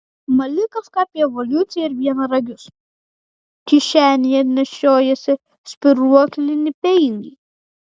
mali kažką apie evoliuciją ir vienaragius kišenėje nešiojiesi spyruoklinį peilį